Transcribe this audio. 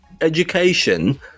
education